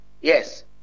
yes